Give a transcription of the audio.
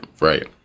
Right